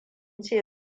ce